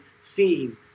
seen